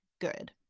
good